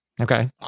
Okay